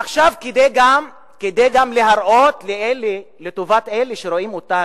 עכשיו כדי להראות, לטובת אלה שרואים אותנו,